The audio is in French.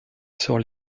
sur